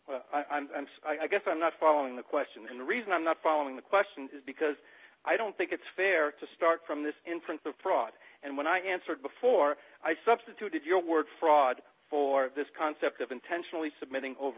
remedy i'm so i guess i'm not following the question and the reason i'm not following the question is because i don't think it's fair to start from this in print for profit and when i answered before i substituted your work fraud for this concept of intentionally submitting over